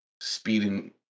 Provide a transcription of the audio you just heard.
speeding